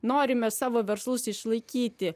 norime savo verslus išlaikyti